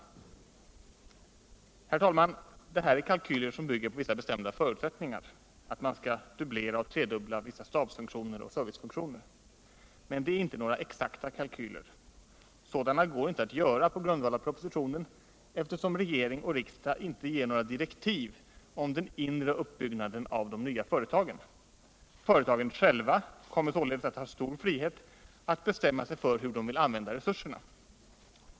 Herr talman! Det här är kalkyler som bygger på vissa bestämda förutsättningar: att man skall dubblera och tredubbla vissa stabsfunktioner och servicefunktioner. Men det är inte några exakta kalkyler. Sådana går inte att göra på grundval av propositionen, eftersom regering och riksdag inte ger några direktiv om de nya företagens inre uppbyggnad. Företagen själva kommer således att ha stor frihet att bestämma hur de vill använda resurserna.